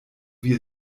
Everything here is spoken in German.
wie